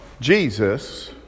Jesus